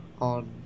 on